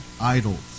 idols